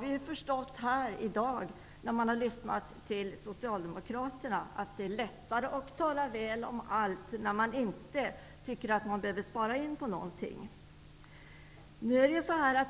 Vi har här i dag, när vi har lyssnat till Socialdemokraterna, förstått att det är lättare att tala väl om allt när man inte tycker att man behöver spara in på något.